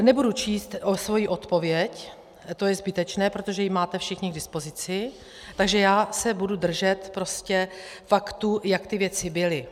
Nebudu číst svoji odpověď, to je zbytečné, protože ji máte všichni k dispozici, takže se budu držet prostě faktů, jak ty věci byly.